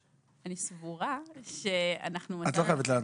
אני סבורה --- את לא חייבת לענות.